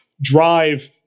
drive